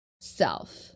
self